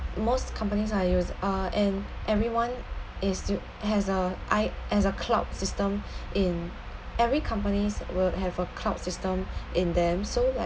most companies are it was uh and everyone is stul~ has a i~ has a cloud system in every companies will have a cloud system in them so like